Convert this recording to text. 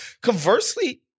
Conversely